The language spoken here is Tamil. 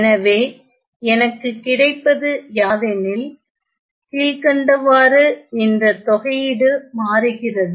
எனவே எனக்கு கிடைப்பது யாதுயெனில் கீழ்கண்டவாறு இந்த தொகையீடு மாறுகிறது